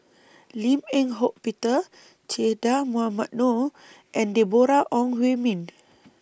Lim Eng Hock Peter Che Dah Mohamed Noor and Deborah Ong Hui Min